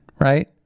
right